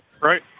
Right